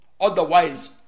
otherwise